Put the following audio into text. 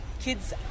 kids